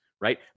right